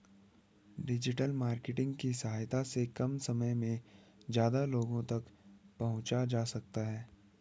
digital marketing की सहायता से कम समय में ज्यादा लोगो तक पंहुचा जा सकता है